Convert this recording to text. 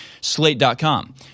slate.com